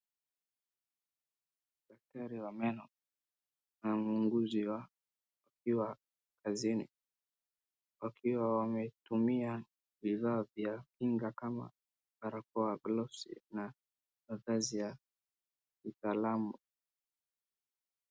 Daktari wa meno na uuguzi wake wakiwa kazini, wakiwa wametumia vifaa vya kinga kama barakoa, gloves, na mavazi ya kitaalamu.